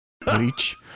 Bleach